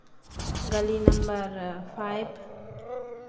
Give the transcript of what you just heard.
गली number five